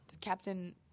Captain